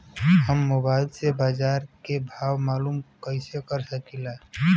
हम मोबाइल से बाजार के भाव मालूम कइसे कर सकीला?